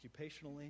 occupationally